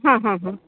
हां हां हां